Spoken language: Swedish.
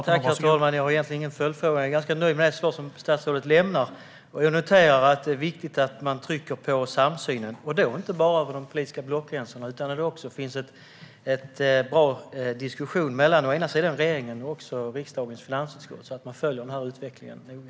Herr talman! Jag har egentligen ingen följdfråga utan är ganska nöjd med det svar som statsrådet har lämnat. Jag noterar att det är viktigt att man trycker på samsynen, och då inte bara över de politiska blockgränserna. Det är också viktigt att det finns en bra diskussion mellan regeringen och riksdagens finansutskott, så att man följer denna utveckling noga.